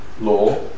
law